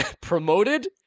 promoted